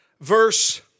verse